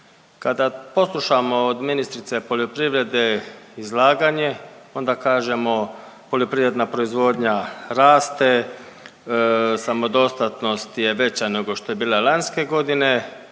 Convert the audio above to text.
Kada poslušamo od ministrice poljoprivrede izlaganje, onda kažemo, poljoprivredna proizvodnja raste, samodostatnost je veća nego što je bila lanjske godine